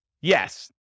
Yes